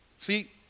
See